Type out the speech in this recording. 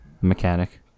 mechanic